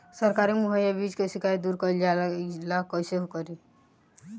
सरकारी मुहैया बीज के शिकायत दूर कईल जाला कईसे?